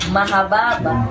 Mahababa